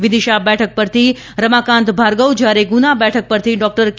વિદિશા બેઠક પરથી રમાકાંત ભાર્ગવ જયારે ગુના બેઠક પરથી ડોકટર કે